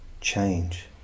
change